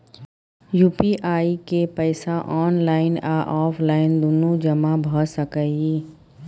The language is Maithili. यु.पी.आई के पैसा ऑनलाइन आ ऑफलाइन दुनू जमा भ सकै इ?